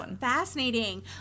fascinating